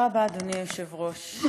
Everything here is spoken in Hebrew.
תודה רבה, אדוני היושב-ראש.